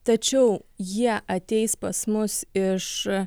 tačiau jie ateis pas mus iš